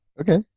Okay